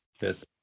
Yes